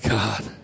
God